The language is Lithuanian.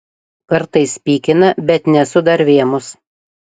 kartais pykina bet nesu dar vėmus